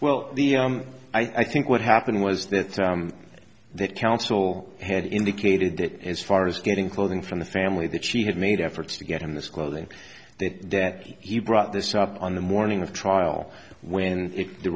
well i think what happened was that that counsel had indicated that as far as getting clothing from the family that she had made efforts to get him this clothing that debt he brought this up on the morning of trial when the